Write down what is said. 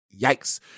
Yikes